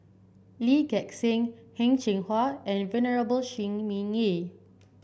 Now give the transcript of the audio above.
Lee Gek Seng Heng Cheng Hwa and Venerable Shi Ming Yi